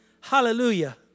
Hallelujah